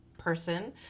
person